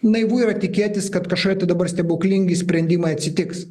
naivu yra tikėtis kad kažkokie tai dabar stebuklingi sprendimai atsitiks